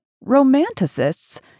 Romanticists